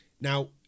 Now